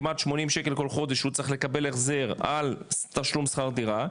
כמעט 80 שקל כל חודש שהוא צריך לקבל החזר על תשלום שכר דירה,